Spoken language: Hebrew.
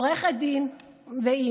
היא עורכת דין ואימא.